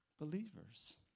believers